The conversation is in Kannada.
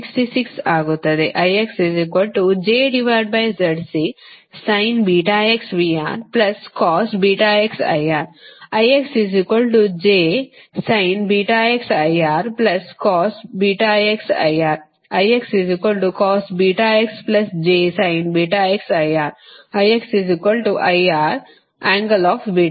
ಆದ್ದರಿಂದ ಸಮೀಕರಣ 66 ಆಗುತ್ತದೆ ಇದು ಸಮೀಕರಣ 76